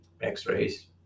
x-rays